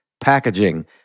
packaging